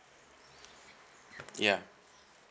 ya